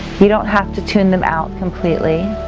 you don't have to tune them out completely.